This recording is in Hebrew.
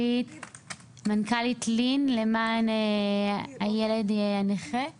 לי מויאל, מנכ"לית לי"ן, למען ילדים נכים בישראל.